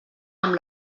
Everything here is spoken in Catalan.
amb